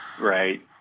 Right